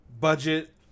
budget